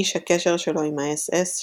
איש הקשר שלו עם האס.אס,